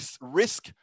risk